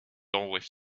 always